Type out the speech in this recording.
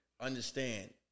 understand